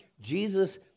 Jesus